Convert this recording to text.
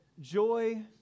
joy